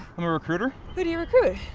i'm a recruiter. who do you recruit?